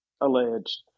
Alleged